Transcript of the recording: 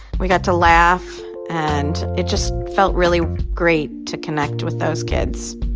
we got to laugh, and it just felt really great to connect with those kids.